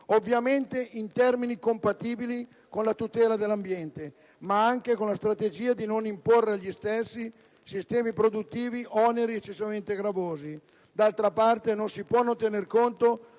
ovviamente in termini compatibili con la tutela dell'ambiente, ma anche con la strategia di non imporre agli stessi sistemi produttivi oneri eccessivamente gravosi. D'altra parte, non si può non tener conto